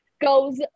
goes